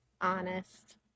Honest